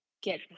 get